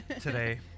today